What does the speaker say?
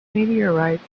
meteorites